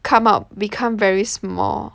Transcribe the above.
come out become very small